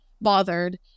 bothered